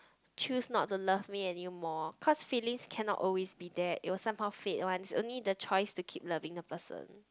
choose not to love me anymore cause feelings cannot always be there it will somehow fades ones only the choice to keep loving the person